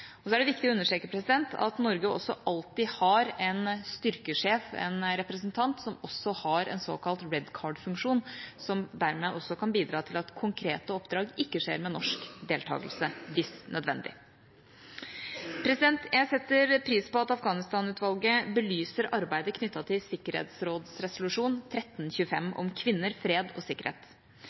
er viktig å understreke at Norge også alltid har en styrkesjef, en representant, som også har en såkalt «red card»-funksjon, som dermed kan bidra til at konkrete oppdrag ikke skjer med norsk deltagelse, hvis nødvendig. Jeg setter pris på at Afghanistan-utvalget belyser arbeidet knyttet til sikkerhetsrådsresolusjon 1325, om kvinner, fred og sikkerhet.